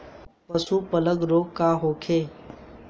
पशु प्लग रोग का होखे?